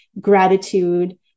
gratitude